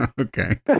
okay